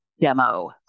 demo